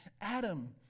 Adam